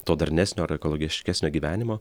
to darnesnio ar ekologiškesnio gyvenimo